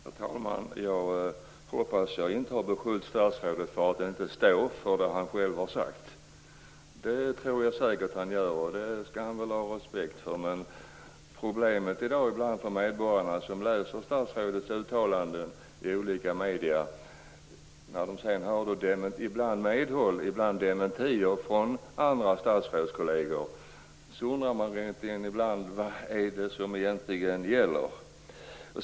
Herr talman! Jag hoppas att jag inte har beskyllt statsrådet för att inte stå för det han har sagt. Det tror jag säkert att han gör, och det skall han väl ha vår respekt för. Men problemet för medborgarna är att de kan ta del av statsrådets uttalanden i olika medier och sedan får höra ibland medhåll, ibland dementier från andra statsråd. Då undrar man vad det egentligen är som gäller.